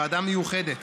ועדה מיוחדת